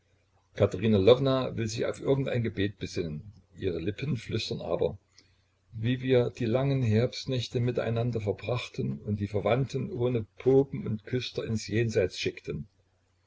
katerina lwowna will sich auf irgendein gebet besinnen ihre lippen flüstern aber wie wir die langen herbstnächte miteinander verbrachten und die verwandten ohne popen und ohne küster ins jenseits schickten